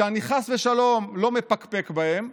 שאני חס ושלום לא מפקפק בהם,